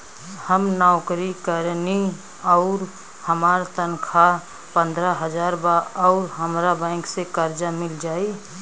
हम नौकरी करेनी आउर हमार तनख़ाह पंद्रह हज़ार बा और हमरा बैंक से कर्जा मिल जायी?